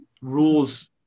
rules